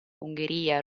ungheria